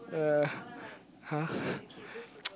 ah !huh!